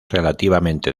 relativamente